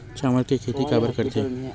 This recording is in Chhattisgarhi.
चावल के खेती काबर करथे?